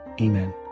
Amen